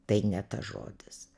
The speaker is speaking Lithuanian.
tai ne tas žodis